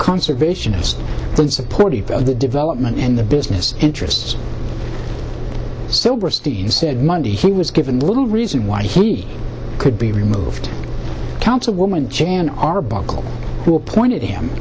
conservationist than supportive of the development and the business interests silberstein said monday he was given little reason why he could be removed councilwoman jan arbuckle who appointed him